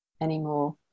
anymore